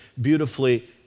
beautifully